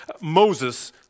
Moses